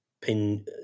pin